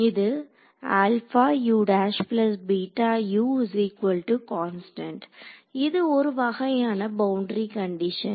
இது இது ஒரு வகையான பவுண்டரி கண்டிஷன்